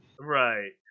Right